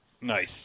Nice